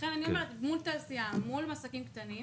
ולכן אני אומרת, מול תעשיה, מול עסקים קטנים,